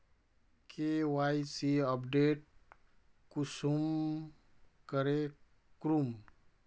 KYC update कुंसम करे करूम?